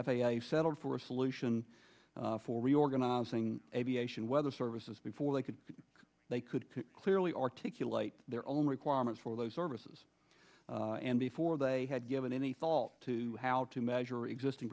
a settled for a solution for reorganizing aviation weather services before they could they could clearly articulate their own requirements for those services and before they had given any thought to how to measure existing